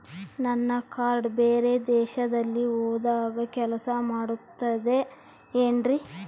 ನನ್ನ ಕಾರ್ಡ್ಸ್ ಬೇರೆ ದೇಶದಲ್ಲಿ ಹೋದಾಗ ಕೆಲಸ ಮಾಡುತ್ತದೆ ಏನ್ರಿ?